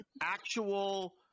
Actual